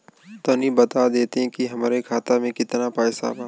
तनि बता देती की हमरे खाता में कितना पैसा बा?